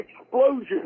explosion